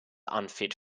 unfit